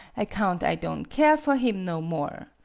account i don' keer for him no more.